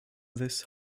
this